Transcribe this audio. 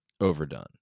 overdone